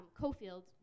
Cofield